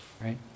right